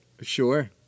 Sure